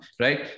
Right